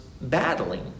battling